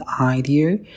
idea